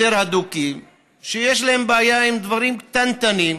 יותר אדוקים, שיש להם בעיה עם דברים קטנטנים,